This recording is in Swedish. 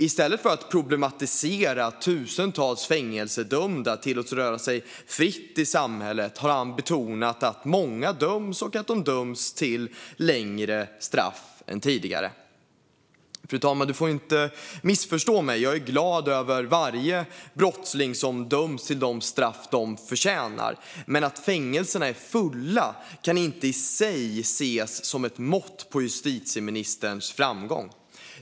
I stället för att problematisera att tusentals fängelsedömda tillåts röra sig fritt i samhället har han betonat att många döms och att de döms till längre straff än tidigare. Fru talman! Missförstå mig inte - jag är glad över varje brottsling som döms till det straff som den förtjänar. Men att fängelserna är fulla kan inte i sig ses som ett mått på justitieministerns framgång.